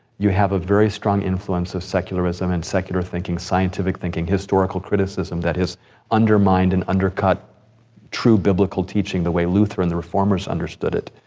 you have a very strong influence of secularism and secular thinking, scientific thinking, historical criticism that has undermined and undercut true biblical teaching the way luther and the reformers understood it.